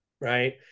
Right